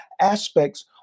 aspects